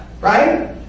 Right